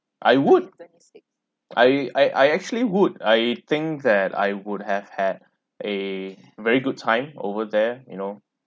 I would I I I actually would I think that I would have had a very good time over there you know